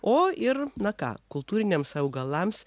o ir na ką kultūriniams augalams